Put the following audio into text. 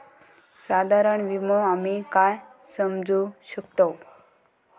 साधारण विमो आम्ही काय समजू शकतव?